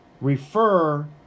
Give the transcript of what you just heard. refer